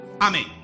Amen